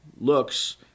looks